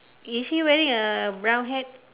is he wearing a brown hat